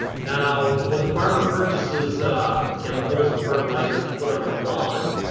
now when the farmer purchases chemicals or fertilizers to put on their lawn,